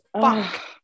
Fuck